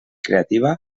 creativa